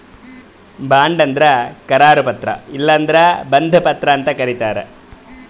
bond ಅಂದ್ರ ಕರಾರು ಪತ್ರ ಇಲ್ಲಂದ್ರ ಬಂಧ ಪತ್ರ ಅಂತ್ ಕರಿತಾರ್